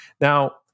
Now